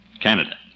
Canada